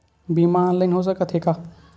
बीमा ऑनलाइन हो सकत हे का?